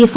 F